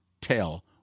tell